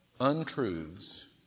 untruths